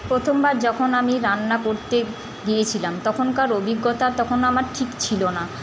প্রথমবার যখন আমি রান্না করতে গিয়েছিলাম তখনকার অভিজ্ঞতা তখনও আমার ঠিক ছিল না